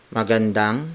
magandang